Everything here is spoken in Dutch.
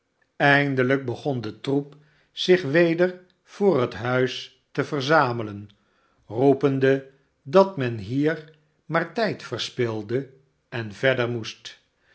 eindelijk begon de troep zich weder voor het huis te verzamelen roepende dat men hier maar tijd verspilde en verder moest